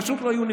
פשוט לא היו.